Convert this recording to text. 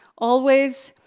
always,